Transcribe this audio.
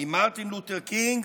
עם מרטין לותר קינג